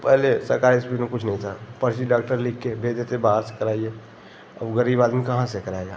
पहले सरकारी हास्पिटल में कुछ नही था पर्ची डाक्टर लिख कर भेज देते बाहर से कराइए अब गरीब आदमी कहाँ से कराएगा